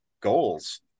goals